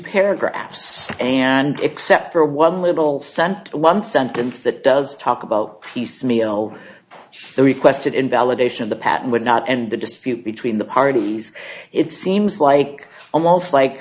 paragraphs and except for one little cent one sentence that does talk about piecemeal the requested invalidation the patent or not and the dispute between the parties it seems like almost like